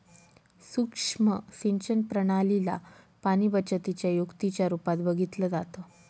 सुक्ष्म सिंचन प्रणाली ला पाणीबचतीच्या युक्तीच्या रूपात बघितलं जातं